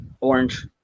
orange